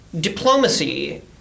diplomacy